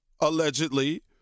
allegedly